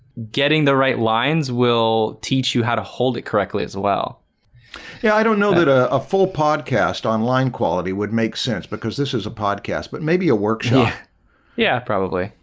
getting the right lines will teach you how to hold it correctly as well yeah, i don't know that ah a full podcast on line quality would make sense because this is a podcast but maybe a workshop yeah, probably.